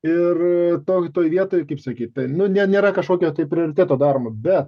ir toj toj vietoj kaip sakyt tai ne nėra kažkokio tai prioriteto daroma bet